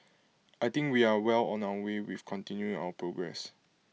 I think we are well on our way with continuing our progress